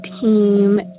team